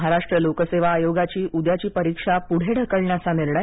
महाराष्ट्र लोकसेवा आयोगाची उद्याची परीक्षा पूढे ढकलण्याचा निर्णय